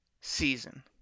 season